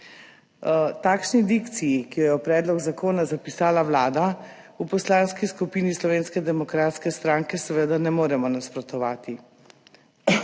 Takšni dikciji, ki jo je v predlog zakona zapisala Vlada, v Poslanski skupini Slovenske demokratske stranke seveda ne moremo nasprotovati.